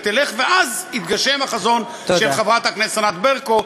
ואז יתגשם החזון של חברת הכנסת ענת ברקו,